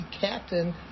captain